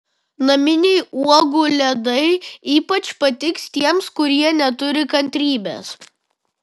naminiai uogų ledai ypač patiks tiems kurie neturi kantrybės